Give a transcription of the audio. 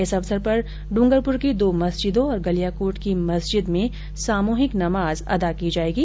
इस अवसर पर डूंगरपुर की दो मस्जिदों और गलियाकोट की मस्जिद में सामुहिक नमाज अदा की जायेगी